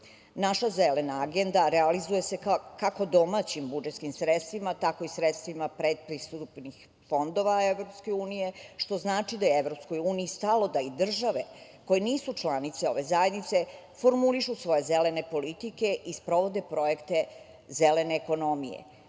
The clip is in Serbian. zelena agenda realizuje se kako domaćim budžetskih sredstvima, tako i sredstvima predpristupnih fondova EU, što znači da je EU stalo da i države koje nisu članice ove zajednice formulišu svoje zelene politike i sprovode projekte zelene ekonomije,